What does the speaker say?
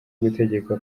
gutegeka